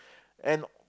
and